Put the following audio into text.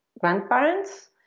grandparents